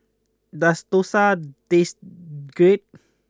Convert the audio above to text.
does Dosa taste good